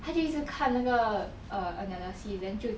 他就一直看那个 err analysis then 就